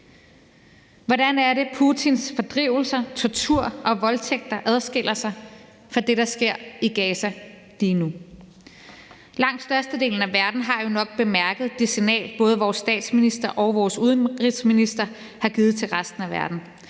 Hvordan er det Putins fordrivelser, tortur og voldtægter adskiller sig fra det, der sker i Gaza lige nu? Langt størstedelen af verden har jo nok bemærket det signal, både vores statsminister og vores udenrigsminister har sendt til resten af verden,